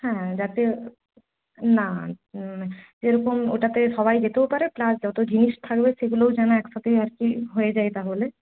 হ্যাঁ যাতে না যেরকম ওটাতে সবাই যেতেও পারে প্লাস যত জিনিস থাকবে সেগুলোও যেন একসাথে আর কি হয়ে যায় তাহলে